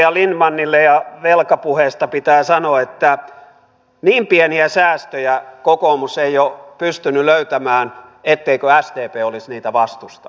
edustaja lindtmanille velkapuheista pitää sanoa että niin pieniä säästöjä kokoomus ei ole pystynyt löytämään etteikö sdp olisi niitä vastustanut